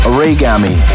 Origami